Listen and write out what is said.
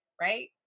right